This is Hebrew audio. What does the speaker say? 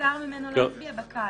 שנבצר ממנו להצביע בקלפי.